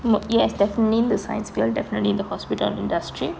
what yes definitely in the science will definitely the hospital industry